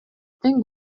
тең